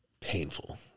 painful